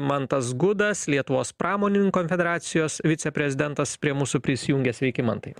mantas gudas lietuvos pramonin konfederacijos viceprezidentas prie mūsų prisijungė sveiki mantai